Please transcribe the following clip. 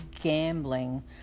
gambling